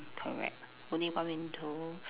correct only one window